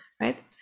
right